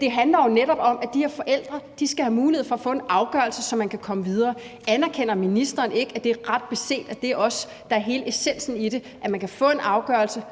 det handler netop om, at de her forældre skal have mulighed for at få en afgørelse, så de kan komme videre. Anerkender ministeren ikke, at det, der ret beset er hele essensen i det, er, at man kan få en afgørelse,